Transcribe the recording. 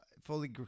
fully